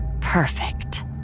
Perfect